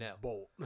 bolt